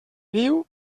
viu